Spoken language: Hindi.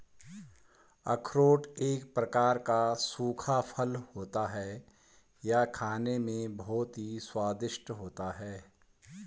अखरोट एक प्रकार का सूखा फल होता है यह खाने में बहुत ही स्वादिष्ट होता है